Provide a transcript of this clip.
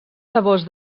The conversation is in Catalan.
sabors